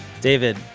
David